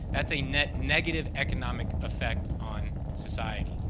that's a net negative economic effect on society.